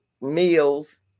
meals